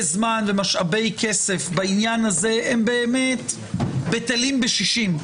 זמן ומשאבי כסף בעניין הזה הם באמת בטלים בשישים.